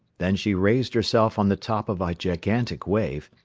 then she raised herself on the top of a gigantic wave,